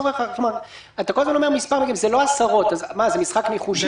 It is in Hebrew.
אתה כל הזמן אומר "זה לא עשרות", זה משחק ניחושים?